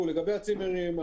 לגבי הצימרים,